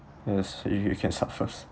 yes you you can start first